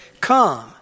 Come